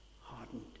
hardened